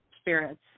spirits